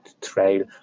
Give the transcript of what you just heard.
trail